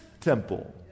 temple